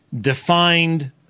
defined